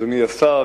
אדוני השר,